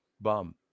bum